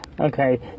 Okay